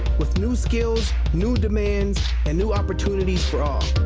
with new skills new demands and new opportunities for all.